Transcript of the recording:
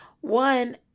One